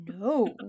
no